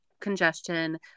congestion